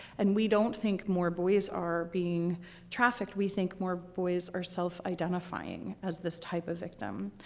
and we don't think more boys are being trafficked. we think more boys are self identifying as this type of victim.